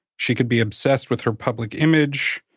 she could be obsessed with her public image.